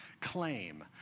claim